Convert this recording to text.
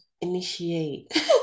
initiate